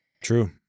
True